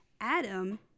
Adam